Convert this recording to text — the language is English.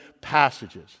passages